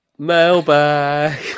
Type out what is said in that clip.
Mailbag